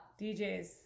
djs